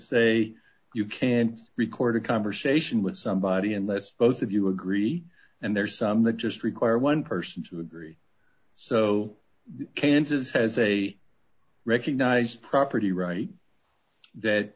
say you can't record a conversation with somebody unless both of you agree and there's some that just require one person to agree so kansas has a recognized property right that